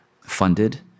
funded